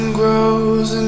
grows